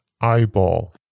eyeball